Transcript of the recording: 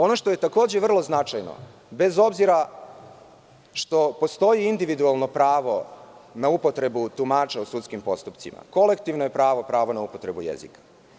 Ono što je takođe vrlo značajno, bez obzira što postoji individualno pravo na upotrebu tumača u sudskim postupcima, kolektivno je pravo, na upotrebu jezika.